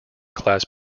class